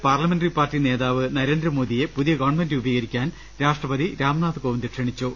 A parliamentary party നേതാവ് നരേന്ദ്ര മോദിയെ പുതിയ ഗവൺമെന്റ് രൂപീകരിക്കാൻ രാഷ്ട്രപതി രാംനാഥ് കോവിന്ദ് ക്ഷണിച്ചു